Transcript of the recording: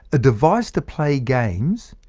a device to play games,